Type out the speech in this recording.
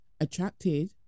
attracted